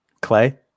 clay